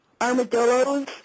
armadillos